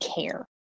care